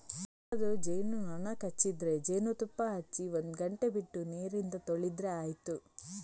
ಎಲ್ಲಾದ್ರೂ ಜೇನು ನೊಣ ಕಚ್ಚಿದ್ರೆ ಜೇನುತುಪ್ಪ ಹಚ್ಚಿ ಒಂದು ಗಂಟೆ ಬಿಟ್ಟು ನೀರಿಂದ ತೊಳೆದ್ರೆ ಆಯ್ತು